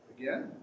again